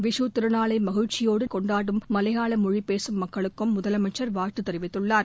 விஷூ திருநாளை மகிழ்ச்சியோடு நாளை கொண்டாடும் மலையாள மொழி பேசும் மக்களுக்கும் முதலமைச்சர் வாழ்த்து தெரிவித்துள்ளார்